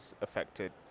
affected